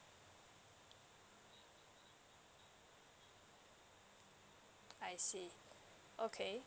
I see okay